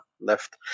left